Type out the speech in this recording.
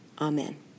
Amen